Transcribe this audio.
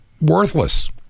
worthless